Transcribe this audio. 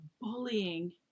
bullying